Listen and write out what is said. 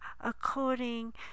according